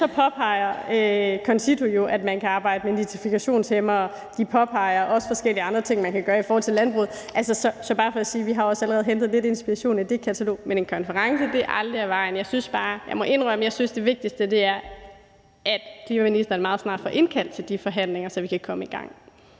påpeger CONCITO jo, at man kan arbejde med nitrifikationshæmmere. De påpeger også forskellige andre ting, man kan gøre i forhold til landbruget. Det er bare for sige, at vi allerede også har hentet lidt inspiration i det katalog, men en konference er aldrig af vejen. Jeg må indrømme, at jeg synes, det vigtigste er, at klimaministeren meget snart får indkaldt til de forhandlinger, så vi kan komme i gang.